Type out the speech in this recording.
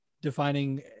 defining